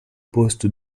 poste